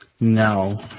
No